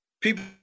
People